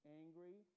angry